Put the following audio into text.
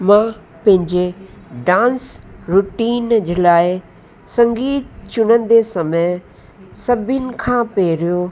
मां पंहिंजे dance routine जे लाइ संगीत चुनंदे समय सभिनी खां पहिरियों